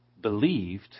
believed